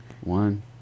One